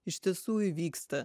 iš tiesų įvyksta